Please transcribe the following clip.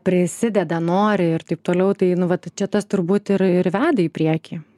prisideda nori ir taip toliau tai nu vat čia tas turbūt ir ir veda į priekį